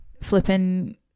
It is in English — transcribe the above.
flipping